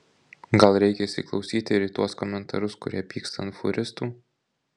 gal reikia įsiklausyti ir į tuos komentarus kurie pyksta ant fūristų